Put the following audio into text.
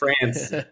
France